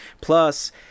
plus